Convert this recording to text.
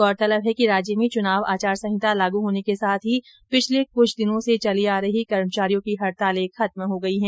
गौरतलंब है कि राज्य में चुनाव आचार संहिता लागू होने के साथ ही पिछले कुछ दिनों से चली आ रही कर्मचारियों की हडताल खत्म हो गई है